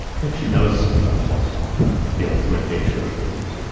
actually does sometimes want to talk about the ultimate nature of things.